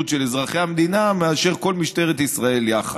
של אזרחי המדינה מאשר כל משטרת ישראל יחד,